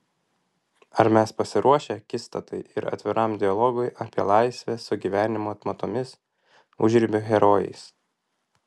ar mes pasiruošę akistatai ir atviram dialogui apie laisvę su gyvenimo atmatomis užribio herojais